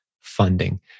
funding